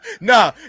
Nah